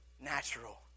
natural